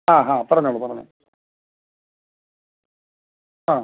ആ ഹാ പറഞ്ഞോളൂ പറഞ്ഞോ ആ